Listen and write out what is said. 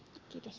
kiitos